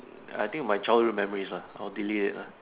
err I think my childhood memories lah I would delete it lah